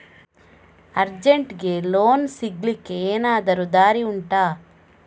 ಅರ್ಜೆಂಟ್ಗೆ ಲೋನ್ ಸಿಗ್ಲಿಕ್ಕೆ ಎನಾದರೂ ದಾರಿ ಉಂಟಾ